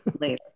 later